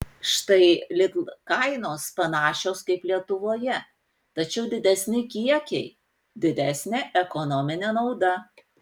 štai lidl kainos panašios kaip lietuvoje tačiau didesni kiekiai didesnė ekonominė nauda